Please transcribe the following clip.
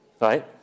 right